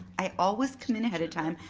i always come in ahead of time,